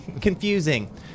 confusing